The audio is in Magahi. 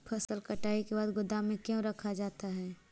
फसल कटाई के बाद गोदाम में क्यों रखा जाता है?